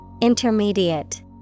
Intermediate